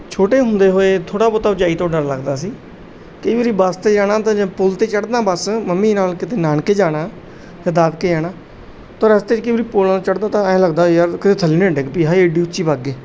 ਛੋਟੇ ਹੁੰਦੇ ਹੋਏ ਥੋੜ੍ਹਾ ਬਹੁਤਾ ਉੱਚਾਈ ਤੋਂ ਡਰ ਲੱਗਦਾ ਸੀ ਕਈ ਵਾਰੀ ਬੱਸ 'ਤੇ ਜਾਣਾ ਤਾਂ ਜਾਂ ਪੁਲ 'ਤੇ ਚੜ੍ਹਨਾ ਬੱਸ ਮੰਮੀ ਨਾਲ ਕਿਤੇ ਨਾਨਕੇ ਜਾਣਾ ਜਾਂ ਦਾਦਕੇ ਜਾਣਾ ਤਾਂ ਰਸਤੇ 'ਚ ਕਈ ਵਾਰੀ ਪੁਲ ਚੜ੍ਹਦਾ ਤਾਂ ਐਂ ਲੱਗਦਾ ਯਾਰ ਕਿਤੇ ਥੱਲੇ ਨਾ ਡਿੱਗ ਪਈਏ ਹਾਏ ਐਡੀ ਉੱਚੀ ਵਗ ਗਏ